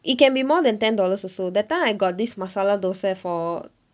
it can be more than ten dollars also that time I got this masala dosa for